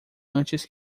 antes